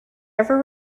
ever